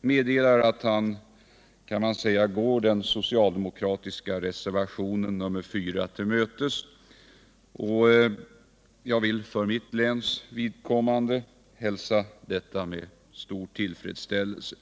meddelar att han går den socialdemokratiska reservationen 4 till mötes. Jag vill för mitt läns vidkommande hälsa detta med stor tillfredsställelse.